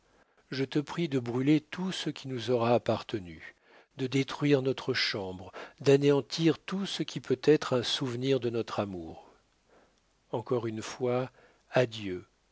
je te prie de brûler tout ce qui nous aura appartenu de détruire notre chambre d'anéantir tout ce qui peut être un souvenir de notre amour encore une fois adieu